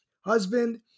husband